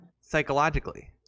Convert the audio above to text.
Psychologically